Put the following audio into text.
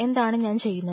എന്താണ് ഞാൻ ചെയ്യുന്നത്